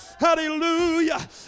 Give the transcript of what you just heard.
Hallelujah